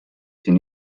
siin